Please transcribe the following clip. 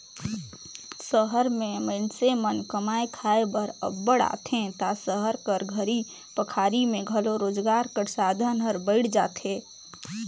सहर में मइनसे मन कमाए खाए बर अब्बड़ आथें ता सहर कर घरी पखारी में घलो रोजगार कर साधन हर बइढ़ जाथे